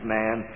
man